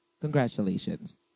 Congratulations